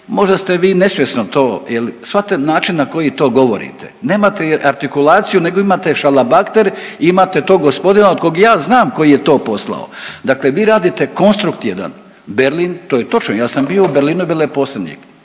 se ne razumije./… način na koji to govorite nemate artikulaciju nego imate šalabahter i imate tog gospodina od kog ja znam koji je to poslao. Dakle, vi radite konstruk jedan, Berlin to je točno, ja sam bio u Berlinu veleposlanik,